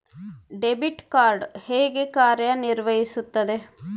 Debit card ಹೇಗೆ ಕಾರ್ಯನಿರ್ವಹಿಸುತ್ತದೆ?